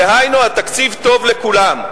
דהיינו, התקציב טוב לכולם.